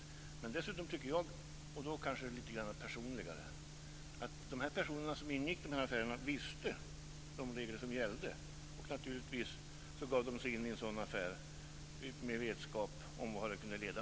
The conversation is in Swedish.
Jag tycker dessutom, och det kanske är lite personligare, att de som gjorde affärerna visste vilka regler som gällde. De gav sig in i affären med vetskap om vart det kunde leda.